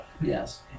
Yes